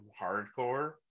hardcore